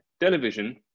television